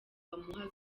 bamuha